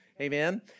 amen